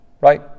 right